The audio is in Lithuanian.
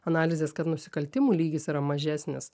analizės kad nusikaltimų lygis yra mažesnis